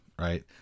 right